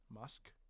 musk